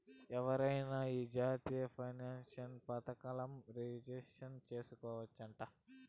ఎవరైనా ఈ జాతీయ పెన్సన్ పదకంల రిజిస్టర్ చేసుకోవచ్చట